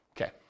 Okay